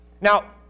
Now